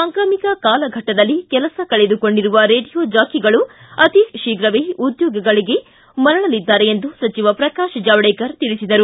ಸಾಂಕ್ರಾಮಿಕ ಕಾಲಘಟ್ಟದಲ್ಲಿ ಕೆಲಸ ಕಳೆದುಕೊಂಡಿರುವ ರೇಡಿಯೋ ಜಾಕಿಗಳು ಅತಿಶೀಘವೇ ಉದ್ಯೋಗಗಳಿಗೆ ಮರಳಲಿದ್ದಾರೆ ಎಂದು ಸಚಿವ ಪ್ರಕಾಶ್ ಜಾವಡೇಕರ್ ತಿಳಿಸಿದರು